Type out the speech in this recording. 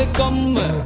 come